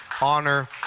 honor